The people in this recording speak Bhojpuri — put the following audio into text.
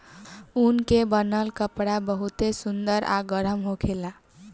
ऊन के बनल कपड़ा बहुते सुंदर आ गरम होखेला